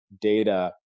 data